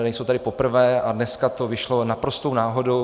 Nejsou tady poprvé a dneska to vyšlo naprostou náhodou.